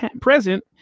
present